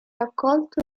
raccolto